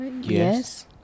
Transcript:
Yes